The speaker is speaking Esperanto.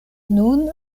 nun